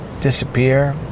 disappear